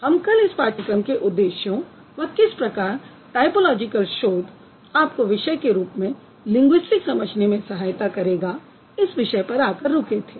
हम कल इस पाठ्यक्रम के उद्देश्यों व किस प्रकार टायपोलॉजिकल शोध आपको विषय के रूप में लिंगुइस्टिक्स समझने में सहायता करेगा इस विषय पर आकर रुके थे